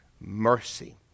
mercy